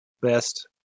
best